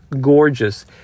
gorgeous